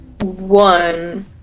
one